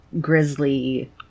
grizzly